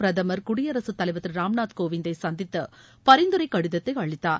பிரதமர் குடியரசுத் தலைவர் திரு ராம்நாத் கோவிந்தை சந்தித்து பரிந்துரை கடிதத்தை அளித்தார்